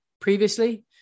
previously